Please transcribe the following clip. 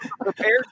prepared